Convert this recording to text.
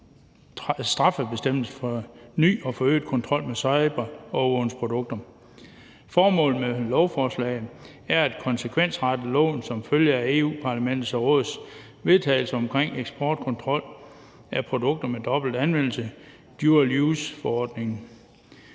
straffebestemmelse for ny og forøget kontrol med cyberovervågningsprodukter. Formålet med lovforslaget er at konsekvensrette loven som følge af Europa-Parlamentets og Rådets vedtagelse om eksportkontrol af produkter med dobbelt anvendelse, dual use-forordningen.